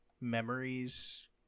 memories